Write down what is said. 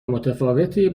متفاوتی